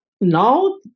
now